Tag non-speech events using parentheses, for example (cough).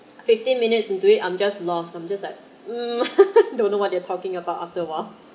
fifteen minutes into it I'm just lost I'm just like mm (laughs) don't know what they are talking about after while